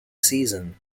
season